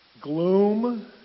Gloom